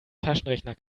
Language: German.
taschenrechner